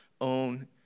own